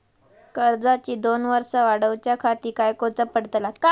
कर्जाची दोन वर्सा वाढवच्याखाती काय करुचा पडताला?